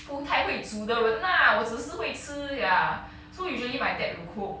不太会煮的人 lah 我只是会吃 ya so usually my dad will cook